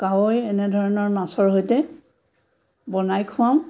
কাৱৈ এনেধৰণৰ মাছৰ সৈতে বনাই খুৱাওঁ